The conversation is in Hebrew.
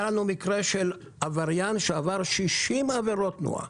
היה לנו מקרה של עבריין שעבר 60 עבירות תנועה